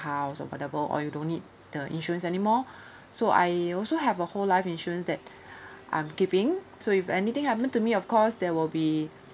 house or whatever or you don't need the insurance anymore so I also have a whole life insurance that I'm keeping so if anything happened to me of course there will be